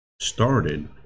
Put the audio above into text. started